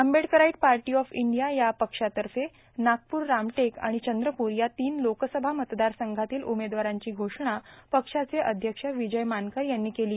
Ambedkarite party of India या पक्षातर्फे नागपूर रामटेक आणि चंद्रपूर या तीन लोकसभा मतदारसंघातील उमेदवारांची घोषणा पक्षाचे अध्यक्ष विजय मानकर यांनी केली